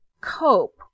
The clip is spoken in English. cope